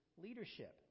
leadership